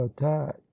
attack